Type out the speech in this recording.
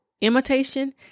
imitation